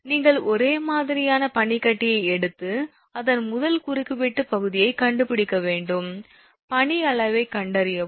நீங்கள் ஒரே மாதிரியான பனிக்கட்டியை எடுத்து அதன் முதல் குறுக்குவெட்டுப் பகுதியைக் கண்டுபிடிக்க வேண்டும் பனி அளவைக் கண்டறியவும்